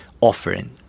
offering